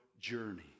journey